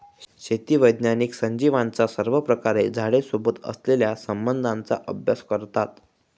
शेती वैज्ञानिक सजीवांचा सर्वप्रकारे झाडे सोबत असलेल्या संबंधाचा अभ्यास करतात